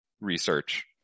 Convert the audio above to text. research